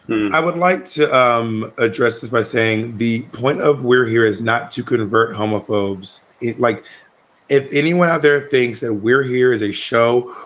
i would like to um address this by saying the point of we're here is. not to convert homophobes, like if anyone out there thinks that we're here as a show,